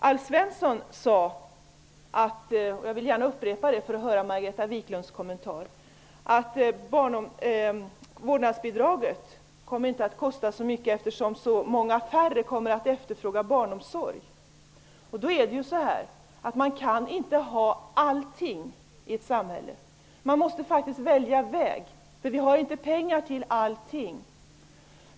Alf Svensson har sagt, och jag vill gärna upprepa det för att få en kommentar från Margareta Viklund, att vårdnadsbidraget inte kommer att kosta så mycket, eftersom så många färre kommer att efterfråga barnomsorg. Men allting kan inte finnas i ett samhälle. Man måste faktiskt välja väg. Det finns ju inte pengar till allting.